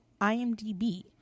imdb